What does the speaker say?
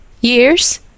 Years